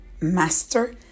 Master